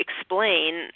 explain